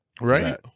Right